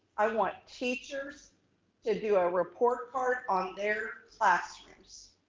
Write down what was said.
i want teachers to do a report card on their classrooms.